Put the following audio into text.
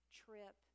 trip